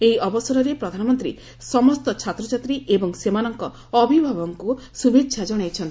ଏହି ଅବସରରେ ପ୍ରଧାନମନ୍ତ୍ରୀ ସମସ୍ତ ଛାତ୍ରଛାତ୍ରୀ ଏବଂ ସେମାନଙ୍କ ଅଭିଭାବକଙ୍କୁ ଶୁଭେଚ୍ଛା ଜଣାଇଛନ୍ତି